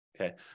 okay